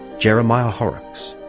jeremiah horrocks